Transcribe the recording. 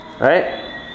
right